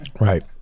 Right